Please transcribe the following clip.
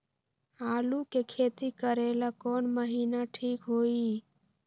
आलू के खेती करेला कौन महीना ठीक होई?